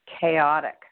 chaotic